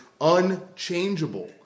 unchangeable